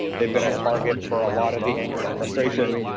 they've been a target for a lot of the anger and frustration.